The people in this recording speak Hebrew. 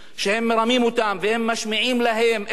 שהם מרמים אותם, והם משמיעים להם את מה